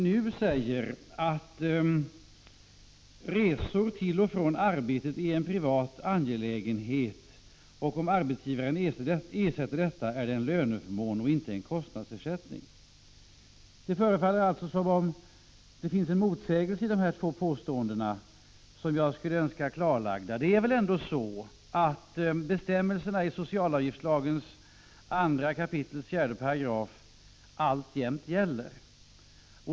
Nu säger socialministern: ”Resor till och från arbetet är en privat angelägenhet och om arbetsgivaren ersätter detta är det en löneförmån och inte en kostnadsersättning.” Det förefaller alltså som om det finns en motsägelse i dessa två påståenden, och jag skulle önska få den klarlagd. Det är väl så att bestämmelserna i 2 kap. 4 § socialavgiftslagen alltjämt gäller.